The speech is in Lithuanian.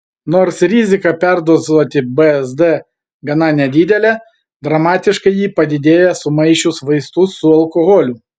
nors rizika perdozuoti bzd gana nedidelė dramatiškai ji padidėja sumaišius vaistus su alkoholiu